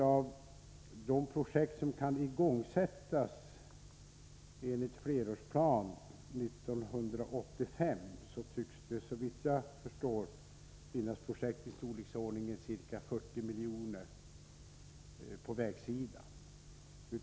Av de projekt som kan igångsättas 1985 enligt flerårsplanen tycks det, såvitt jag förstår, finnas projekt i storleksordningen ca 40 milj.kr. på vägsidan.